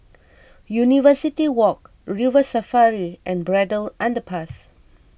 University Walk River Safari and Braddell Underpass